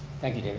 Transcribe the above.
thank you.